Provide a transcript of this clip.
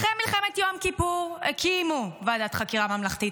אחרי מלחמת יום כיפור הקימו ועדת חקירה ממלכתית.